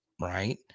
Right